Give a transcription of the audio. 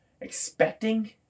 expecting